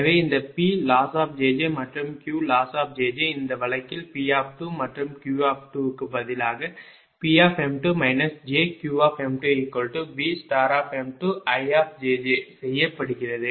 எனவே இந்த Ploss மற்றும் Qloss இந்த வழக்கில் P மற்றும் Q க்கு பதிலாக Pm2 jQm2Vm2I செய்யப் படுகிறது